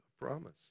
promise